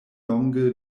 longe